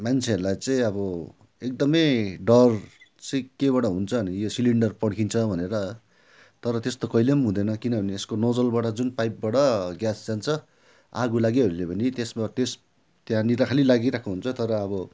मान्छेहरूलाई चाहिँ अब एकदम डर चाहिँ के बाट हुन्छ भने यो सिलिन्डर पढ्किन्छ भनेर तर त्यस्तो कहिले हुँदैन किनभने यसको नजलबाट जुन पाइपबाट ग्यास जान्छ आगो लागिहाल्यो भने त्यस ब त्यस त्यहाँनिर खालि लागिरहेको हुन्छ तर अब